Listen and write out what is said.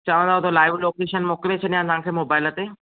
चवंदव त live location मोकिले छॾियां तव्हांखे मोबाइल ते